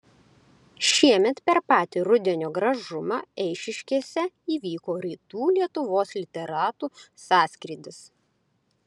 šiemet per patį rudenio gražumą eišiškėse įvyko rytų lietuvos literatų sąskrydis